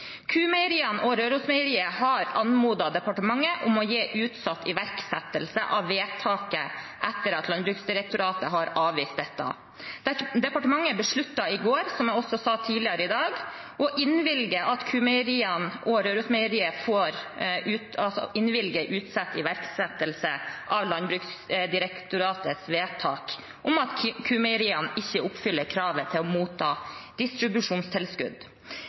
og Rørosmeieriet har anmodet departementet om å gi utsatt iverksettelse av vedtaket etter at Landbruksdirektoratet har avvist dette. Departementet besluttet i går – som jeg også sa tidligere i dag – å innvilge Q-Meieriene utsatt iverksettelse av Landbruksdirektoratets vedtak om at Q-Meieriene ikke oppfyller kravene til å motta distribusjonstilskudd.